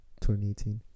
2018